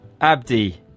abdi